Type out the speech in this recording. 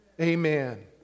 Amen